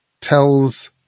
tells